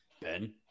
Ben